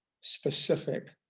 specific